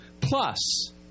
Plus